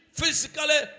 physically